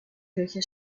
kirche